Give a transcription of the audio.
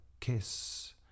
kiss